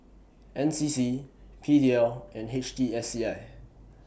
N C C P D L and H T S C I